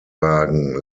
wagen